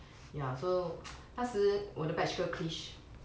ya so 那时我的 batch girl klish